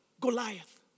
Goliath